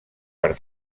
per